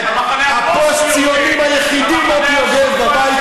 המחנה הפוסט-ציוני, המחנה